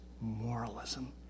moralism